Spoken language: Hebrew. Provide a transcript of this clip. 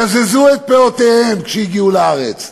גזזו את פאותיהם כשהגיעו לארץ,